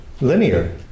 linear